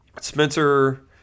Spencer